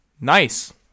nice